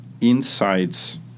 insights